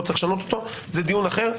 לא צריך זה דיון אחר.